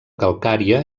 calcària